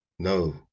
No